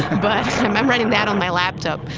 but i'm i'm writing that on my laptop.